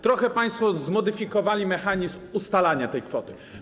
Trochę państwo zmodyfikowali mechanizm ustalania tej kwoty.